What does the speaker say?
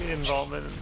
involvement